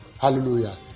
Hallelujah